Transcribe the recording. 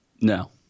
no